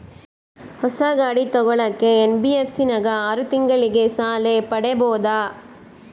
ಹೊಸ ಗಾಡಿ ತೋಗೊಳಕ್ಕೆ ಎನ್.ಬಿ.ಎಫ್.ಸಿ ನಾಗ ಆರು ತಿಂಗಳಿಗೆ ಸಾಲ ಪಡೇಬೋದ?